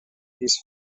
these